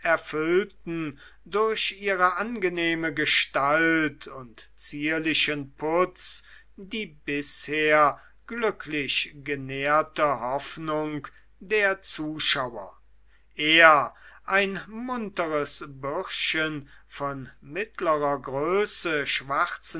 erfüllten durch ihre angenehme gestalt und zierlichen putz die bisher glücklich genährte hoffnung der zuschauer er ein munteres bürschchen von mittlerer größe schwarzen